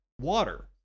Water